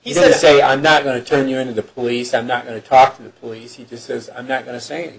he did say i'm not going to turn you into the police i'm not going to talk to the police he just says i'm not going to s